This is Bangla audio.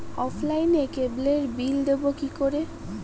অফলাইনে ক্যাবলের বিল দেবো কি করে?